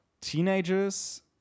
Teenagers